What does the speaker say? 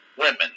women